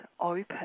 open